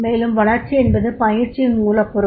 மேலும் வளர்ச்சி என்பது பயிற்சியின் மூலப்பொருள்